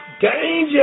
Danger